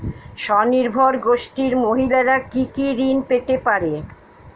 স্বনির্ভর গোষ্ঠীর মহিলারা কি কি ঋণ পেতে পারে?